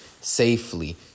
Safely